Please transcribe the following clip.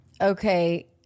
Okay